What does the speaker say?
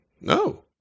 No